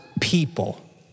people